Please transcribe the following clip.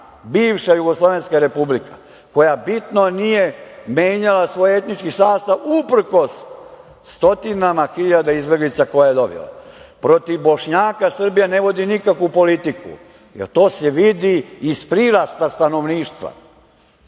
bivša jugoslovenska republika koja bitno nije menjala svoj etnički sastav, uprkos stotinama hiljada izbeglica koje je dobila. Protiv Bošnja Srbija ne vodi nikakvu politiku, to se vidi iz prirasta stanovništva.